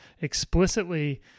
explicitly